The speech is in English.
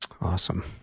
Awesome